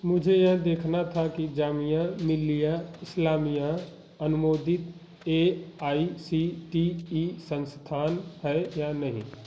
मुझे यह देखना था कि जामिया मिलिया इस्लामिया अनुमोदित A I C T E संस्थान है या नहीं